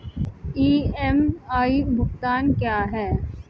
EMI भुगतान क्या है?